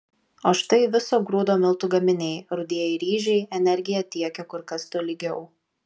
o štai viso grūdo miltų gaminiai rudieji ryžiai energiją tiekia kur kas tolygiau